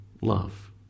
love